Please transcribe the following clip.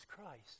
Christ